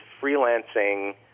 freelancing